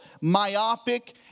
myopic